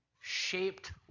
shaped